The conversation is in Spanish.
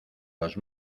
los